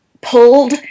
pulled